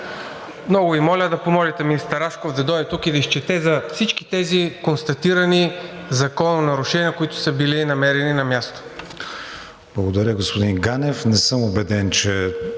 Много Ви моля да помолите министър Рашков да дойде тук и да изчете за всички тези констатирани закононарушения, които са били намерени на място.